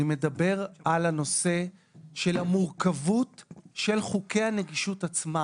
אני מדבר על הנושא של המורכבות של חוקי הנגישות עצמם.